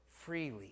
freely